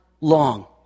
long